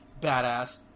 badass